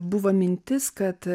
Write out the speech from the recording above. buvo mintis kad